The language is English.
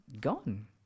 gone